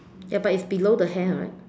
ya but it's below the hair right